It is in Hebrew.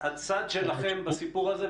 הצד שלכם בסיפור הזה.